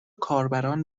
کاربران